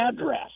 address